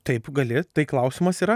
taip gali tai klausimas yra